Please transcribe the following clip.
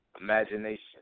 imagination